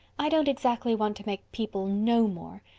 i don't exactly want to make people know more.